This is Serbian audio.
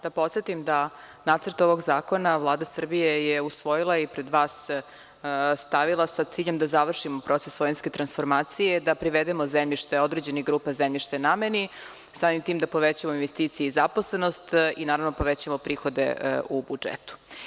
Da podsetim da nacrt ovog zakona Vlada Srbije je usvojila i pred vas stavila sa ciljem da završimo proces svojinske transformacije, da privedemo zemljište određenih grupa, zemljište nameni, samim tim da povećamo investicije i zaposlenost i naravno povećamo prihode u budžetu.